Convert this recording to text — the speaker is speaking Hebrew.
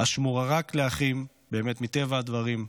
השמורה רק לאחים באמת, מטבע הדברים,